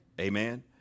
Amen